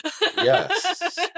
Yes